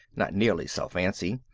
not nearly so fancy.